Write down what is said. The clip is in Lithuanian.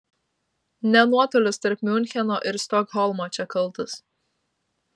ne nuotolis tarp miuncheno ir stokholmo čia kaltas